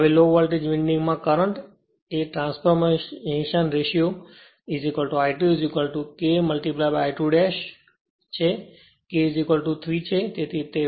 હવે low voltage winding માં current એ transformation ratio I2 K I2 dash I2 છે